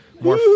more